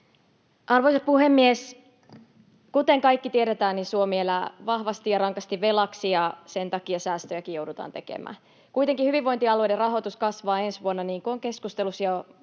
Arvoisa puhemies! Kuten me kaikki tiedetään, niin Suomi elää vahvasti ja rankasti velaksi, ja sen takia säästöjäkin joudutaan tekemään. Kuitenkin hyvinvointialueiden rahoitus kasvaa ensi vuonna, niin kuin keskustelussa